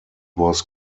was